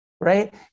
right